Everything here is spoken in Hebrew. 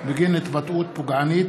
בבקשה,